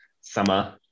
summer